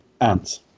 ants